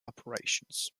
operations